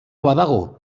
badago